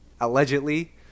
Allegedly